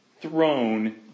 throne